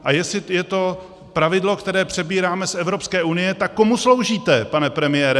A jestli je to pravidlo, které přebíráme z Evropské unie, tak komu sloužíte, pane premiére?